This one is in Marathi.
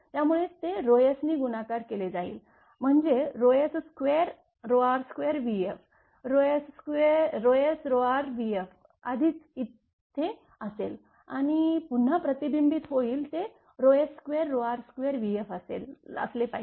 त्यामुळे तेsनी गुणाकार केले जाईल म्हणजेs2r2vf sr2vf आधीच तिथे असेल आणि पुन्हा प्रतिबिंबित होईल ते s2r2vf असले पाहिजे